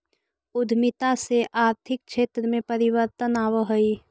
उद्यमिता से आर्थिक क्षेत्र में परिवर्तन आवऽ हई